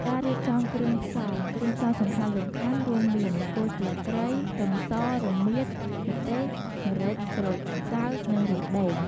ការរៀបចំគ្រឿងផ្សំ គ្រឿងផ្សំសំខាន់ៗរួមមាន គល់ស្លឹកគ្រៃ ខ្ទឹមស រមៀត ម្ទេស ម្រេច ក្រូចសើច និងរំដេង។